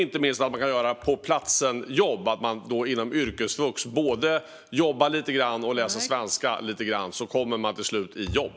Inte minst handlar det också om att man kan göra jobb på plats och inom yrkesvux både jobba lite grann och läsa svenska lite grann. Då kommer man till slut i jobb.